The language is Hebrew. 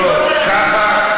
לא תזיזו את זה.